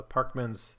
Parkman's